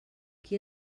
qui